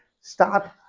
start